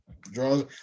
draws